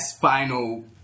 final